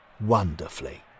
Wonderfully